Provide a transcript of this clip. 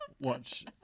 watch